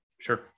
sure